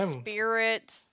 spirit